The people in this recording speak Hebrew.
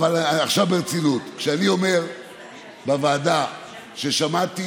אבל עכשיו ברצינות, כשאני אומר בוועדה ששמעתי